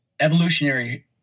evolutionary